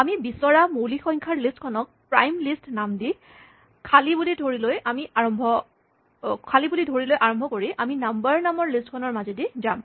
আমি বিচৰা মৌলিক সংখ্যাৰ লিষ্ট খনক প্ৰাইম লিষ্ট নাম দি খালী বুলি ধৰি লৈ আৰম্ভ কৰি আমি নাম্বাৰ নামৰ লিষ্ট খনৰ মাজেদি যাম